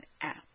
app